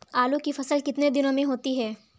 आलू की फसल कितने दिनों में होती है?